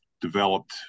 developed